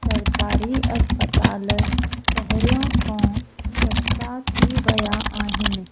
सरकारी अस्पताल पहिरियों खां सस्ता थी विया आहिनि